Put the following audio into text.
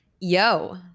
yo